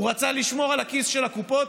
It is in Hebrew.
הוא רצה לשמור על הכיס של הקופות,